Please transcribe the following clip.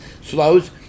slows